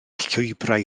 llwybrau